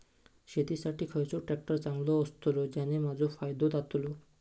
शेती साठी खयचो ट्रॅक्टर चांगलो अस्तलो ज्याने माजो फायदो जातलो?